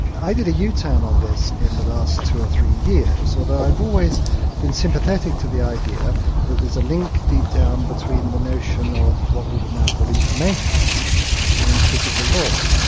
i did a yeah u-turn on this in the last two or three years, although i've always been sympathetic to the idea that there's a link deep down between the notion of what we would now call information and physical law.